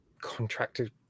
contracted